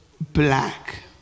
black